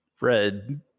Red